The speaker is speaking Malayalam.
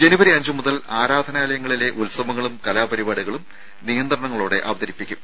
ജനുവരി അഞ്ചുമുതൽ ആരാധനാലയങ്ങളിലെ ഉത്സവങ്ങളും കലാപരിപാടികളും നിയന്ത്രണങ്ങളോടെ അനുവദിക്കും